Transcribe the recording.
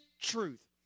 truth